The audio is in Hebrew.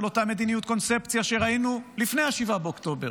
אותה מדיניות קונספציה שראינו לפני 7 באוקטובר,